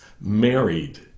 married